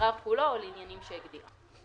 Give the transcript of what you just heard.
לערר כולו או לעניינים שהגדירה,.